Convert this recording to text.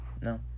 no